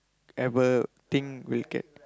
ever think we'll get